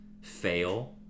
fail